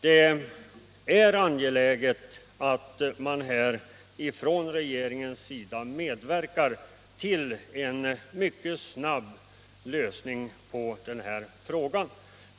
Det är därför angeläget att regeringen medverkar till en mycket snabb lösning på den här frågan.